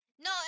No